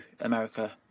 america